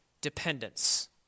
dependence